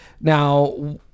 now